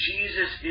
Jesus